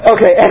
Okay